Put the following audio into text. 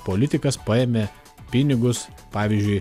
politikas paėmė pinigus pavyzdžiui